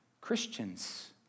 Christians